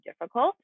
difficult